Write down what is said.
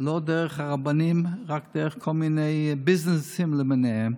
לא דרך הרבנים, רק דרך כל מיני ביזנסים למיניהם,